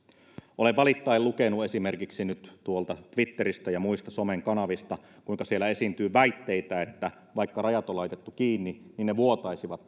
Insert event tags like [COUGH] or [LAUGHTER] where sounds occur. olen valittaen lukenut esimerkiksi nyt tuolta twitteristä ja muista somen kanavista kuinka siellä esiintyy väitteitä että vaikka rajat on laitettu kiinni niin ne vuotaisivat [UNINTELLIGIBLE]